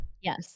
Yes